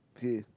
okay